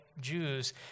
Jews